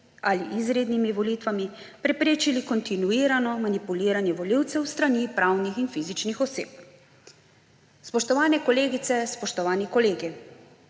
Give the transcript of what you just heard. ali izrednimi volitvami preprečilo kontinuirano manipuliranje volivcev s strani pravnih in fizičnih oseb. Spoštovane kolegice, spoštovani kolegi!